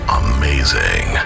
amazing